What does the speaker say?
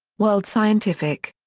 world scientific.